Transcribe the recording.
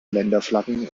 länderflaggen